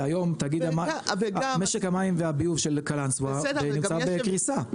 והיום משק המים והביוב של קלאנסווה נמצא בקריסה.